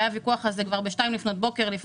והיה על זה ויכוח כבר בשעה 2:00 לפנות בוקר,